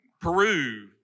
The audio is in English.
Peru